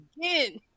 again